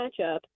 matchup